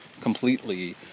completely